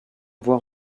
voir